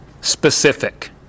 specific